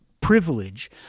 privilege